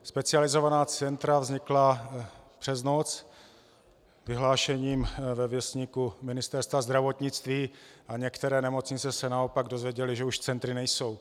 Specializovaná centra vznikla přes noc vyhlášením ve Věstníku Ministerstva zdravotnictví a některé nemocnice se naopak dozvěděly, že už centry nejsou.